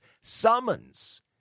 summons